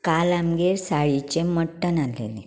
काल आमगेर साळयेचें मट्टण आसलेलें